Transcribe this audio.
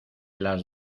las